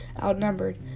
outnumbered